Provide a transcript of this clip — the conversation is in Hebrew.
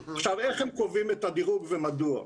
איך הם קובעים את הדירוג ומדוע?